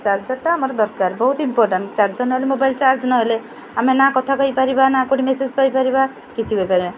ଚାର୍ଜରଟା ଆମର ଦରକାର ବହୁତ ଇମ୍ପୋଟାଣ୍ଟ ଚାର୍ଜର ନହେଲେ ମୋବାଇଲ ଚାର୍ଜ ନହେଲେ ଆମେ ନା କଥା କହିପାରିବା ନା କେଉଁଠି ମେସେଜ ପାଇପାରିବା କିଛି କରିପାରିବାନି